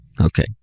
Okay